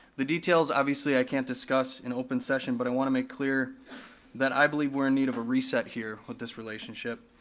the details obviously i can't discuss in open session, but i want to make clear that i believe we're in need of a reset here with this relationship.